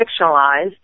fictionalized